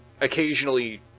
occasionally